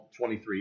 23